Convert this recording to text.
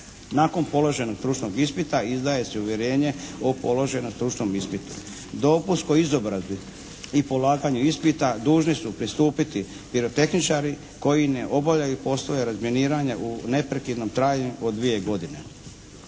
Nakon položenog stručnog ispita izdaje se uvjerenje o položenom stručnom ispitu. Dopust po izobrazbi i polaganju ispita dužni su pristupiti pirotehničari koji ne obavljaju poslove razminiranja u neprekidnom trajanju od dvije godine.